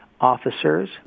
officers